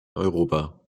europa